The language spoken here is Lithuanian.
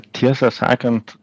tiesą sakant